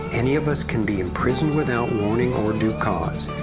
any of us can be imprisoned without warning or due cause,